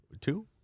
two